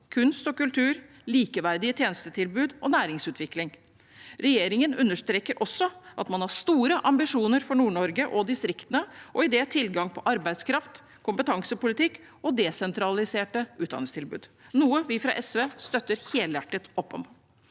kunst og kultur, likeverdige tjenestetilbud og næringsutvikling. Regjeringen understreker også at man har store ambisjoner for Nord-Norge og distriktene når det gjelder tilgang på arbeidskraft, kompetansepolitikk og desentraliserte utdanningstilbud, noe vi fra SV støtter helhjertet opp om.